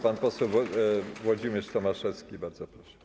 Pan poseł Włodzimierz Tomaszewski, bardzo proszę.